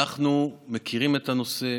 אנחנו מכירים את הנושא,